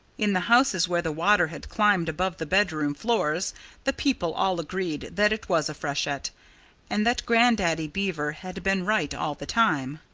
in the houses where the water had climbed above the bedroom floors the people all agreed that it was a freshet and that grandaddy beaver had been right all the time.